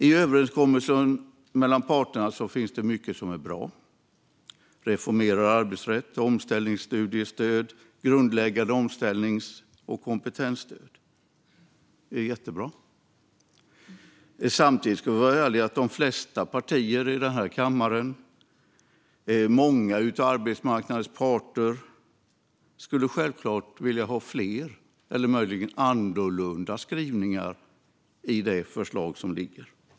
I överenskommelsen mellan parterna finns det mycket som är bra - reformerad arbetsrätt, omställningsstudiestöd samt grundläggande omställnings och kompetensstöd. Det är jättebra. Samtidigt ska vi vara ärliga med att de flesta partier i denna kammare och många av arbetsmarknadens parter självklart skulle ha velat ha fler eller möjligen annorlunda skrivningar i det förslag som ligger.